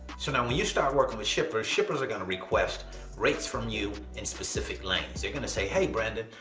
so now, when you start working with shippers, shippers are gonna request rates from you in specific lanes. they're gonna say, hey, brandon,